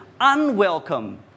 unwelcome